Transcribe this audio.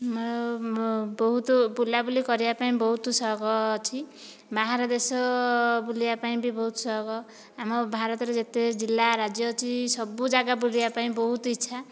ମୋର ବହୁତ ବୁଲାବୁଲି କରିବା ପାଇଁ ବହୁତ ଶଉକ ଅଛି ବାହାର ଦେଶ ବୁଲିବା ପାଇଁ ଭି ବହୁତ ଶୌକ ଆମ ଭାରତରେ ଯେତେ ଜିଲ୍ଲା ରାଜ୍ୟ ଅଛି ସବୁ ଯାଗା ବୁଲିବା ପାଇଁ ବହୁତ ଇଚ୍ଛା